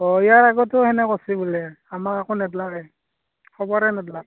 অঁ ইয়াৰ আগতেও সেনে কৰিছে বোলে আমাক একো নেদলাকে খবৰে নেদলাক